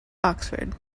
oxford